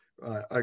Right